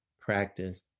practice